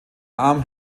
arm